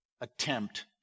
attempt